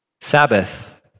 Sabbath